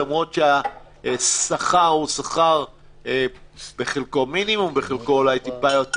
למרות שהשכר הוא שכר שבחלקו הוא מינימום ובחלקו אולי טיפה יותר.